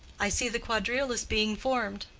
i see the quadrille is being formed.